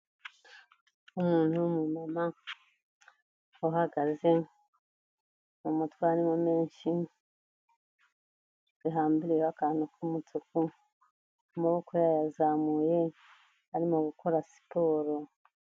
Umuntu w'umumama uhagaze mu mutwe harimo menshi, zihambiriyeho akantu k'umutuku amaboko yayazamuye arimo gukora siporo.